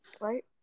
right